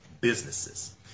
businesses